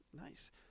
Nice